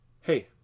Hey